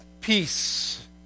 peace